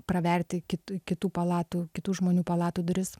praverti kit kitų palatų kitų žmonių palatų duris